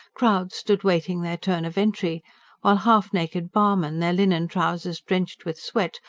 crowds stood waiting their turn of entry while half-naked barmen, their linen trousers drenched with sweat,